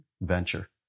venture